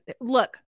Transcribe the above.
look